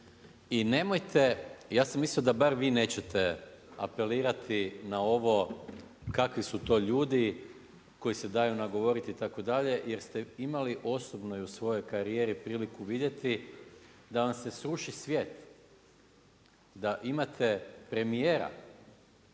I nemojte, ja sam mislio da bar vi nećete apelirati na ovo kakvi su to ljudi koji se daju nagovoriti itd. jer ste imali osobno i u svojoj karijeri priliku vidjeti da vam se sruši svijet, da imate premijera